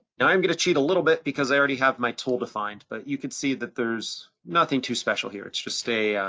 i'm gonna cheat a little bit, because i already have my tool defined, but you could see that there's nothing too special here. it's just a,